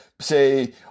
say